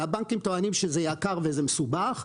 הבנקים טוענים שזה יקר וזה מסובך,